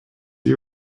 you